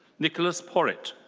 nicholas porritt.